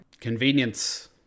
Convenience